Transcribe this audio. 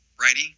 Righty